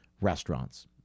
restaurants